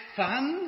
fun